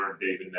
David